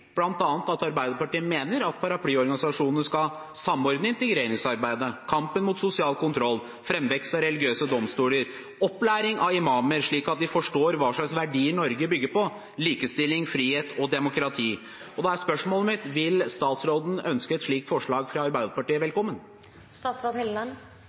at Arbeiderpartiet mener at paraplyorganisasjonene skal samordne integreringsarbeidet, kampen mot sosial kontroll og framvekst av religiøse domstoler, og opplæring av imamer, slik at de forstår hva slags verdier Norge bygger på: likestilling, frihet og demokrati. Da er spørsmålet mitt: Vil statsråden ønske et slikt forslag fra Arbeiderpartiet